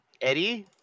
Eddie